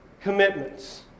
commitments